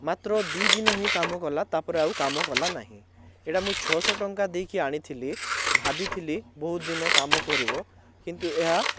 ମାତ୍ର ଦୁଇଦିନ ହିଁ କାମ କଲା ତା'ପରେ ଆଉ କାମ କଲା ନାହିଁ ଏଇଟା ମୁଁ ଛଅଶହ ଟଙ୍କା ଦେଇକି ଆଣିଥିଲି ଭାବିଥିଲି ବହୁତ ଦିନ କାମ କରିବ କିନ୍ତୁ ଏହା